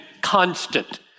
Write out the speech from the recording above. constant